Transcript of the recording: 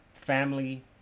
family